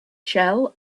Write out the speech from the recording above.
shell